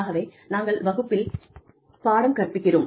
ஆகவே நாங்கள் வகுப்பில் பாடம் கற்பிக்கிறோம்